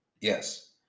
Yes